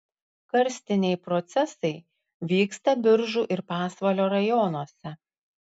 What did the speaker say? karstiniai procesai vyksta biržų ir pasvalio rajonuose